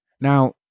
Now